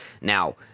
Now